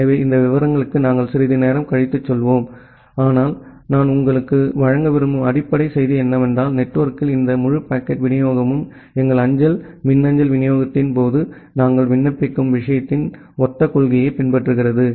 எனவே இந்த விவரங்களுக்கு நாங்கள் சிறிது நேரம் கழித்து செல்வோம் ஆனால் நான் உங்களுக்கு வழங்க விரும்பும் அடிப்படை செய்தி என்னவென்றால் நெட்வொர்க்கில் இந்த முழு பாக்கெட் விநியோகமும் எங்கள் அஞ்சல் மின்னஞ்சல் விநியோகத்தின் போது நாங்கள் விண்ணப்பிக்கும் விஷயத்தின் ஒத்த கொள்கையைப் பின்பற்றுகிறது